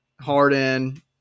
Harden